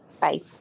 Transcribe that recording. Bye